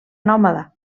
nòmada